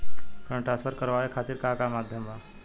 Fund transfer करवाये खातीर का का माध्यम बा?